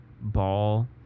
ball